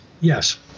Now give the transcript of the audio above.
Yes